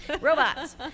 robots